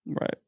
Right